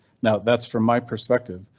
now that's from my perspective.